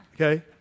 okay